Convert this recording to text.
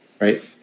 Right